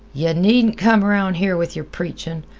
yeh needn't come around here with yer preachin'.